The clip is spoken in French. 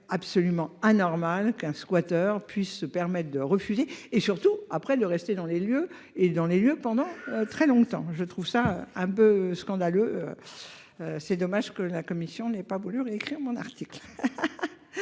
absolument anormal qu'un squatteur puisse se permettent de refuser et surtout après le rester dans les lieux et dans les lieux pendant très longtemps, je trouve ça un peu scandaleux. C'est dommage que la commission n'ait pas voulu réécrire mon article.